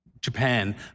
Japan